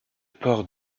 port